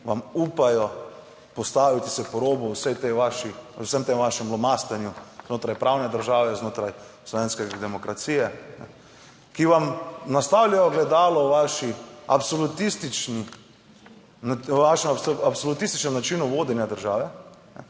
ki vam upajo postaviti se po robu v vsem tem vašem lomastenju znotraj pravne države, znotraj slovenske demokracije, ki vam nastavljajo ogledalo nad vašem absolutističnem načinu vodenja države.